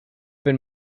been